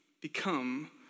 become